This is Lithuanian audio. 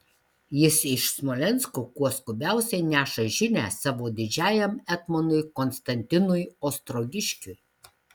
jis iš smolensko kuo skubiausiai neša žinią savo didžiajam etmonui konstantinui ostrogiškiui